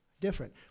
different